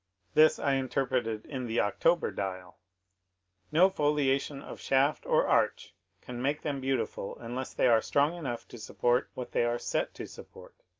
this i interpreted in the october dial no foliation of shaft or arch can make them beautiful unless they are strong enough to support what they are set to support.